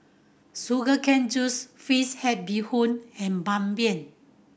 sugar cane juice fish head bee hoon and Ban Mian